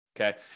okay